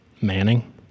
Manning